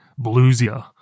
bluesier